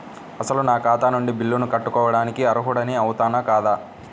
అసలు నా ఖాతా నుండి బిల్లులను కట్టుకోవటానికి అర్హుడని అవునా కాదా?